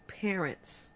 parents